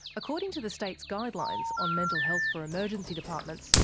according to the state's guidelines on mental health for emergency departments,